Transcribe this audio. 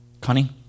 Connie